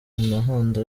imihanda